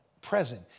present